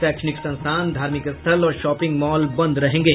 शैक्षणिक संस्थान धार्मिक स्थल और शॉपिंग मॉल बंद रहेंगे